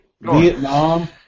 Vietnam